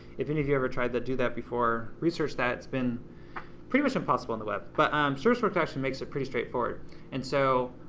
if any of you ever tried to do that before, research that, it's been pretty much impossible on the web, but service work actually makes it pretty straightforward and so